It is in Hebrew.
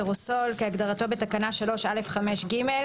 "אירוסול" כהגדרתו בתקנה 3(א)(5)(ג);